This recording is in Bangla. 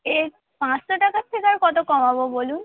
এই পাঁচশো টাকার থেকে আর কত কমাবো বলুন